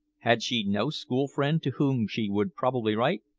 had she no school-friend to whom she would probably write?